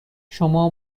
شما